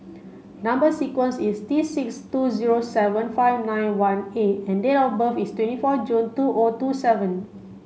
number sequence is T six two zero seven five nine one A and date of birth is twenty four June two O two seven